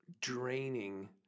draining